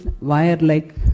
wire-like